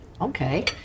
okay